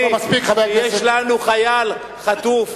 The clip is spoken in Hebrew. יש לנו חייל חטוף,